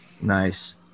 Nice